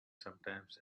sometimes